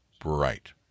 bright